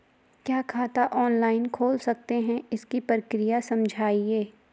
क्या खाता ऑनलाइन खोल सकते हैं इसकी प्रक्रिया समझाइए?